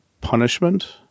punishment